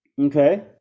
Okay